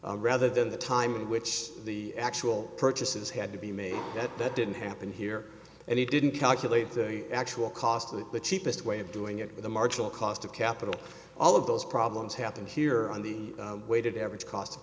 rather than the time in which the actual purchases had to be made that that didn't happen here and it didn't calculate the actual cost of the cheapest way of doing it the marginal cost of capital all of those problems happened here on the weighted average cost of